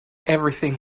everything